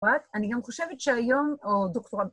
פרט,‫אני גם חושבת שהיום... ‫או דוקטורט...